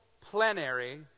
plenary